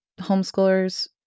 homeschoolers